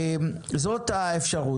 זו האפשרות.